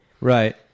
Right